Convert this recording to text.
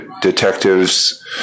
detectives